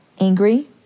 angry